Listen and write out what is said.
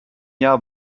jahr